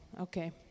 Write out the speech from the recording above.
okay